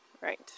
Right